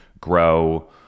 grow